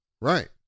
right